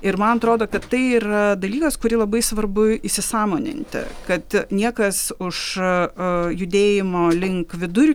ir man atrodo kad tai ir yra dalykas kurį labai svarbu įsisąmoninti kad niekas už a judėjimo link vidur